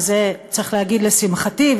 ועל זה צריך להגיד: לשמחתי,